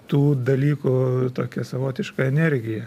tų dalykų tokia savotiška energija